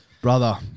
Brother